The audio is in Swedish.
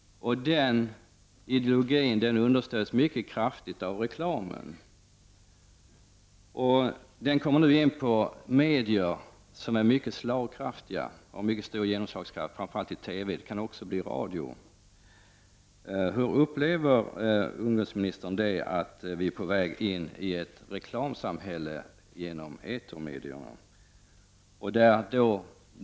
En sådan ideologi understöds mycket kraftigt i och med reklamen. Denna kommer nu in i medier som har mycket genomslagskraft — framför allt TV, men också radion. Hur upplever ungdomsministern det faktum att vi är på väg in i ett reklamsamhälle genom etermedierna?